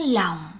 lòng